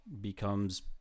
becomes